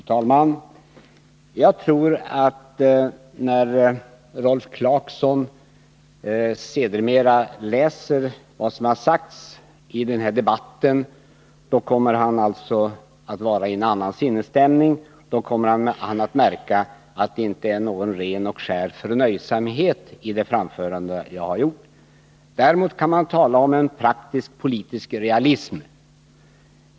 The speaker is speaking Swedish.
Fru talman! Jag tror att Rolf Clarkson, när han sedermera läser vad som har sagts i den här debatten, kommer att vara i en annan sinnesstämning. Då kommer han att märka att mitt anförande inte andas ren och skär förnöjsamhet. Däremot kan man tala om en praktisk, politisk realism.